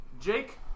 Jake